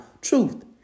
Truth